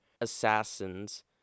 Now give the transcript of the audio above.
assassins